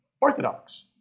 orthodox